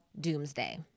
Doomsday